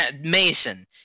Mason